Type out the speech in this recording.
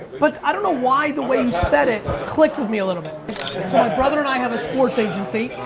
but i don't know why the way you said it clicked with me a little bit. so my brother and i have a sports agency.